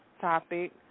topic